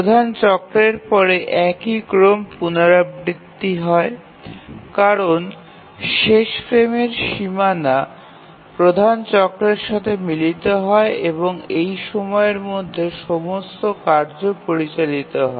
প্রধান চক্রের পরে একই ক্রম পুনরাবৃত্তি হয় কারণ শেষ ফ্রেমের সীমানা প্রধান চক্রের সাথে মিলিত হয় এবং এই সময়ের মধ্যে সমস্ত কার্য পরিচালিত হয়